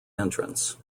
entrance